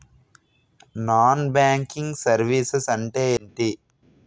Non banking services అంటే ఎంటి?